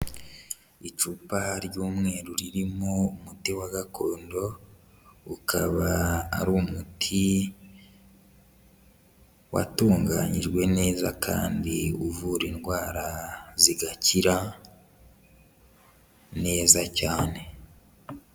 Icupa ry'umweru ririmo umuti wa gakondo, ukaba ari umuti watunganyijwe neza kandi uvura indwara zigakira neza cyane.